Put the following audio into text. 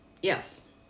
Yes